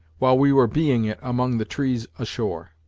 while we were bee-ing it among the trees ashore.